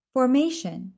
Formation